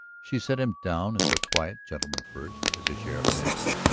she set him down as a quiet gentleman first, as a sheriff next.